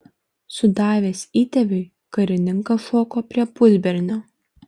sudavęs įtėviui karininkas šoko prie pusbernio